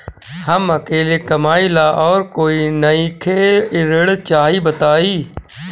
हम अकेले कमाई ला और कोई नइखे ऋण चाही बताई?